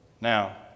Now